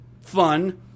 Fun